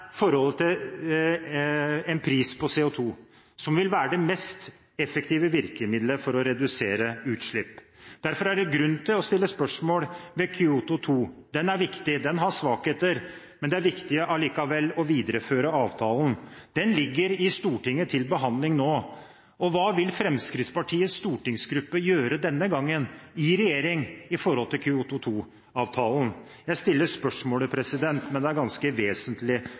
forholdet til en pris på CO2, som vil være det mest effektive virkemidlet for å redusere utslipp. Derfor er det grunn til å stille spørsmål ved Kyoto 2-avtalen. Den er viktig. Den har svakheter, men det er likevel viktig å videreføre avtalen. Den ligger til behandling i Stortinget nå, og hva vil Fremskrittspartiets stortingsgruppe gjøre denne gangen – i regjering – når det gjelder Kyoto 2-avtalen? Jeg stiller spørsmålet, men det er et ganske vesentlig